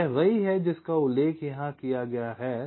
तो यह वही है जिसका उल्लेख यहां किया गया है